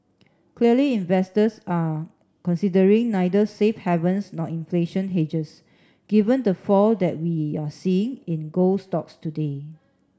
clearly investors are considering neither safe havens nor inflation hedges given the fall that we're seeing in gold stocks today